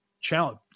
challenge